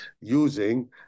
using